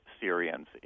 Syrians